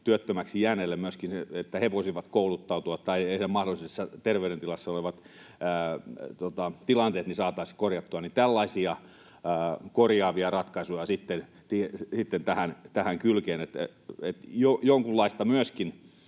työttömäksi jääneille, että he voisivat kouluttautua tai heidän terveydentilassaan mahdollisesti olevat ongelmat saataisiin korjattua. Tällaisia korjaavia ratkaisuja sitten tähän kylkeen. Myöskin